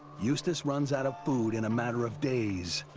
eustace runs out of food in a matter of days.